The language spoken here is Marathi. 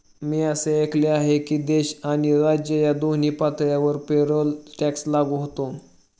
मी असे ऐकले आहे की देश आणि राज्य या दोन्ही पातळ्यांवर पेरोल टॅक्स लागू होतो